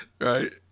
Right